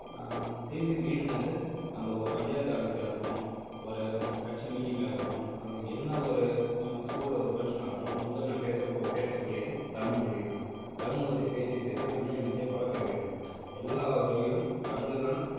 திரும்பி மீண்டும் வந்து நம்ம ஒரு பஞ்சாயத்து ஆஃபீஸா இருக்கட்டும் ஒரு கட்சி மீட்டிங்கா இருக்கட்டும் அது என்ன ஒரு ஸ்கூல்ல ஒரு ஃபங்க்ஷன்னா ஆகட்டும் முதல்ல நான் பேச போ பேசக்கூடியது தமிழ் மொழிதான் தமிழ் மொழியத பேசி பேசி தமிழ் இனத்தை வளர்க்க வேண்டும் எல்லா வழியிலும் தமிழில் தான்